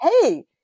hey